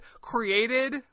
created